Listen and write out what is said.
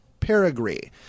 perigree